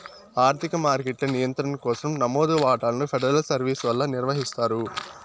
ఆర్థిక మార్కెట్ల నియంత్రణ కోసరం నమోదు వాటాలను ఫెడరల్ సర్వీస్ వల్ల నిర్వహిస్తారు